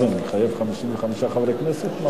מחייב 55 חברי כנסת?